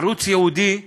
ערוץ ייעודי,